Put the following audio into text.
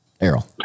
Errol